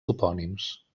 topònims